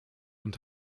und